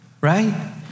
right